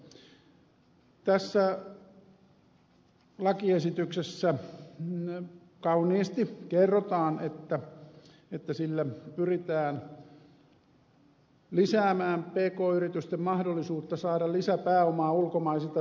tässä lakiesityksessä kauniisti kerrotaan että sillä pyritään lisäämään pk yritysten mahdollisuutta saada lisä pääomaa ulkomaisilta sijoittajilta